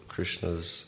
Krishna's